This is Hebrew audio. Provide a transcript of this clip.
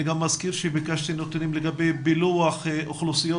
אני גם מזכיר שביקשתי נתונים לגבי פילוח אוכלוסיות